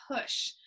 push